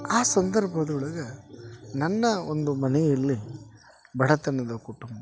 ಆ ಸಂದರ್ಭದೊಳಗೆ ನನ್ನ ಒಂದು ಮನೆಯಲ್ಲಿ ಬಡತನದ ಕುಟುಂಬ